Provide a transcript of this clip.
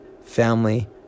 family